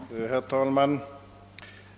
Herr talman!